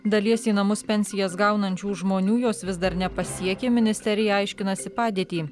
dalies į namus pensijas gaunančių žmonių jos vis dar nepasiekė ministerija aiškinasi padėtį